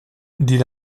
dit